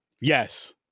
Yes